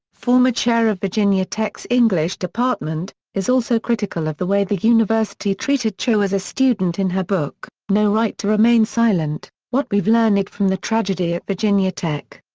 former chair of virginia tech's english department, is also critical of the way the university treated cho as a student in her book, no right to remain silent what we've learned from the tragedy at virginia tech.